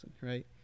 right